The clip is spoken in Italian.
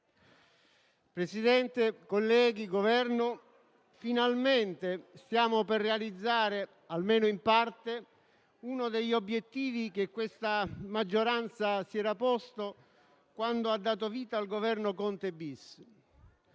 rappresentanti del Governo, finalmente stiamo per realizzare - almeno in parte - uno degli obiettivi che la maggioranza si era posta quando ha dato vita al governo Conte-*bis*.